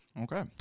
Okay